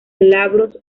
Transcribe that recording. glabros